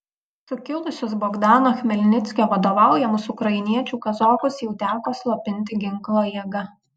sukilusius bogdano chmelnickio vadovaujamus ukrainiečių kazokus jau teko slopinti ginklo jėga